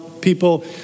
people